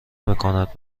نمیکند